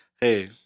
Hey